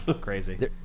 crazy